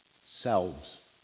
selves